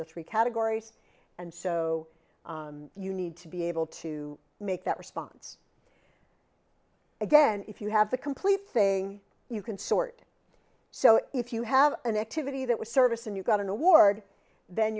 the three categories and so you need to be able to make that response again if you have the complete thing you can sort so if you have an activity that was service and you got an award then